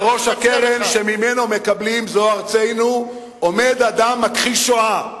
בראש הקרן שממנה מקבלים "זו ארצנו" עומד אדם מכחיש שואה.